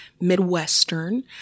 Midwestern